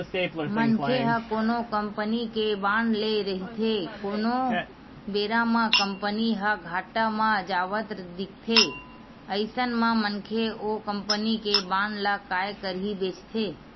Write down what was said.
मनखे ह कोनो कंपनी के बांड ले रहिथे कोनो बेरा म कंपनी ह घाटा म जावत दिखथे अइसन म मनखे ओ कंपनी के बांड ल काय करही बेंचथे